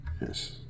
Yes